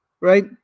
right